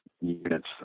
units